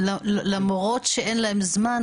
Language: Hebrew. --- למרות שאין להם זמן,